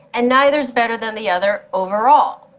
and neither is better than the other overall.